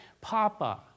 Papa